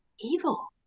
Evil